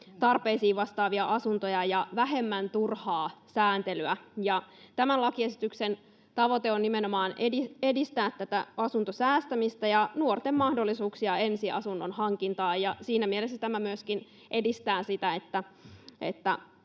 tarpeisiin vastaavia asuntoja ja vähemmän turhaa sääntelyä. Tämän lakiesityksen tavoite on nimenomaan edistää asuntosäästämistä ja nuorten mahdollisuuksia ensiasunnon hankintaan. Siinä mielessä tämä myöskin edistää sitä, että